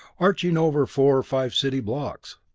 arching over four or five city blocks.